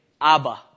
Abba